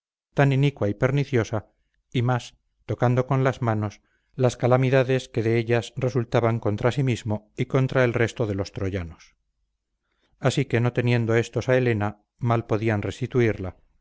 tan inicua y perniciosa y más tocando con las manos las calamidades que de ellas resultaban contra sí mismo y contra el resto de los troyanos así que no teniendo éstos a helena mal podían restituirla